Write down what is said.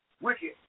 wicked